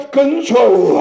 control